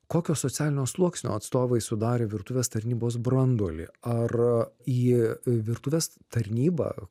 kokio socialinio sluoksnio atstovai sudarė virtuvės tarnybos branduolį ar į virtuvės tarnybą